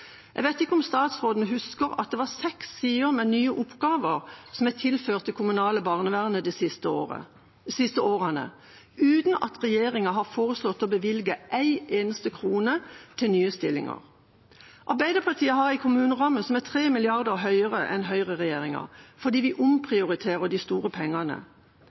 Jeg vet ikke om statsråden husker at det er seks sider med nye oppgaver som er tilført det kommunale barnevernet de siste årene, uten at regjeringa har foreslått å bevilge en eneste krone til nye stillinger. Arbeiderpartiet har en kommuneramme som er 3 mrd. kr større enn høyreregjeringas. Det er fordi vi omprioriterer de store pengene.